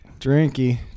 drinky